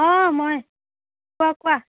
অঁ মই কোৱা কোৱা